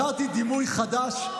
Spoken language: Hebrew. בחרתי דימוי חדש.